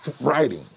writing